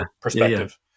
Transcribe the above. perspective